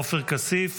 עופר כסיף,